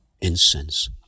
incense